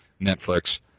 Netflix